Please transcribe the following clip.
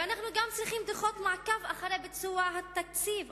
אנחנו גם צריכים דוחות מעקב אחר ביצוע התקציב.